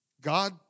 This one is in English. God